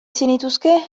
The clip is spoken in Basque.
zenituzke